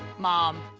mom. oh.